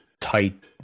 tight